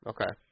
Okay